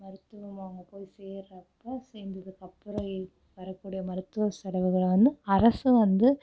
மருத்துவம் அவங்க போய் சேர்றப்போ சேர்ந்ததுக்கு அப்புறம் எ வரக்கூடிய மருத்துவ செலவுகளை வந்து அரசு வந்து